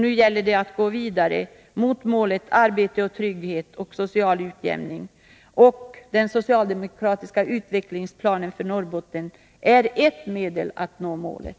Nu gäller det att gå vidare mot målet: arbete, trygghet och social utjämning. Den socialdemokratiska utvecklingsplanen för Norrbotten är ett medel att nå målet.